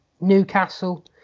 Newcastle